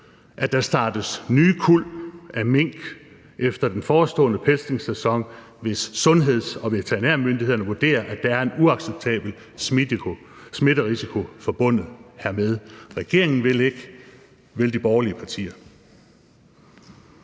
at der startes nye kuld af mink efter den forestående pelsningssæson, hvis sundheds- og veterinærmyndighederne vurderer, at der er en uacceptabel smitterisiko forbundet hermed? Regeringen vil det ikke. Vil de borgerlige partier?